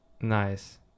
Nice